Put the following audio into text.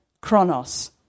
chronos